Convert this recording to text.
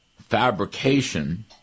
fabrication